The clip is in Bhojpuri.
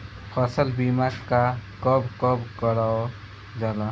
फसल बीमा का कब कब करव जाला?